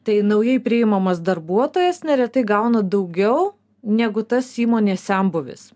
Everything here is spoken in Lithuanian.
tai naujai priimamas darbuotojas neretai gauna daugiau negu tas įmonės senbuvis